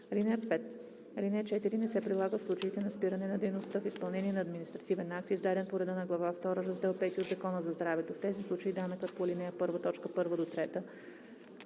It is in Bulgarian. Алинея 4 не се прилага в случаите на спиране на дейността в изпълнение на административен акт, издаден по реда на глава втора, раздел пети от Закона за здравето. В тези случаи данъкът по ал. 1, т.